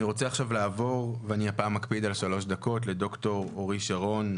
אני רוצה בבקשה לעבור לד"ר אורי שרון,